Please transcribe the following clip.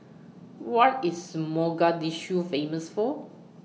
What IS Mogadishu Famous For